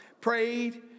prayed